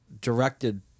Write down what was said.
directed